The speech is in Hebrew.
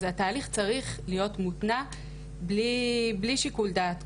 אז התהליך צריך להיות מותנע בלי שיקול דעת,